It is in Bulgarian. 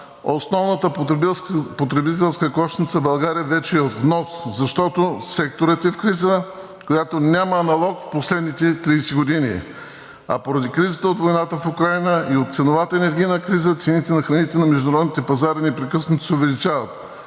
основната потребителска кошница в България е вече от внос, защото секторът е в криза, за която няма аналог в последните 30 години. Поради кризата от войната в Украйна и ценовата енергийна криза цените на храните на международните пазари непрекъснато се увеличават,